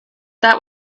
that